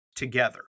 together